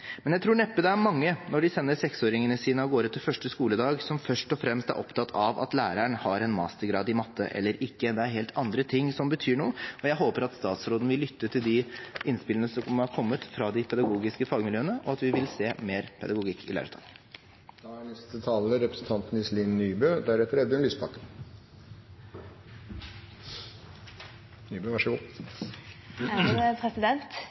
men jeg tror neppe det er mange, når de sender seksåringene sine av gårde til første skoledag, som først og fremst er opptatt av om læreren har en mastergrad i matte eller ikke. Det er helt andre ting som betyr noe, og jeg håper at statsråden vil lytte til de innspillene som har kommet fra de pedagogiske fagmiljøene, og at vi vil se mer pedagogikk i